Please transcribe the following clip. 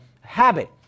habit